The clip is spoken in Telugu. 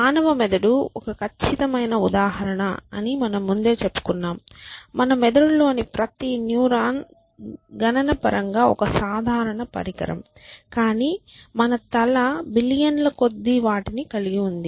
మానవ మెదడు ఒక ఖచ్చితమైన ఉదాహరణ అని మనం ముందే చెప్పుకున్నాం మన మెదడులోని ప్రతి న్యూరాన్ గణనపరంగా ఒక సాధారణ పరికరం కానీ మన తల బిలియన్ల కొద్దీ వాటిని కలిగి ఉంది